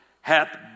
hath